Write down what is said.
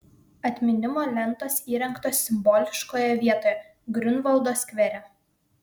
atminimo lentos įrengtos simboliškoje vietoje griunvaldo skvere